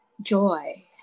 joy